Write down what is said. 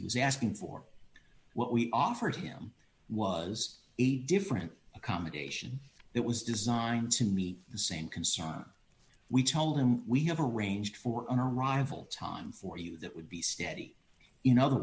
he was asking for what we offered him was a different accommodation that was designed to meet the same concern we told him we have arranged for an arrival time for you that would be steady in other